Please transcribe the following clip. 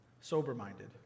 Sober-minded